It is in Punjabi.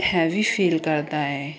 ਹੈਵੀ ਫੀਲ ਕਰਦਾ ਹੈ